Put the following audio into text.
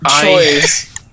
choice